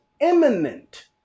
imminent